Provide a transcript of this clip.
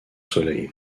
soleil